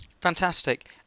Fantastic